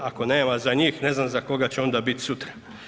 Ako nema za njih, ne znam za koga će onda biti sutra.